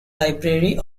library